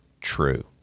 true